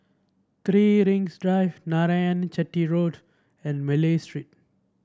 Three Rings Drive Narayanan Chetty Road and Malay Street